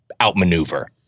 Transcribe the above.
outmaneuver